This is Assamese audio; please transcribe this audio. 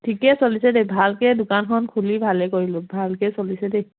ঠিকে চলিছে দেই ভালকৈ দোকানখন খুলি ভালেই কৰিলোঁ ভালকৈ চলিছে দেই